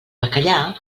bacallà